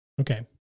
Okay